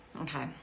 Okay